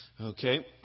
okay